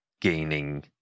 gaining